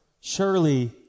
surely